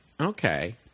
okay